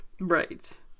Right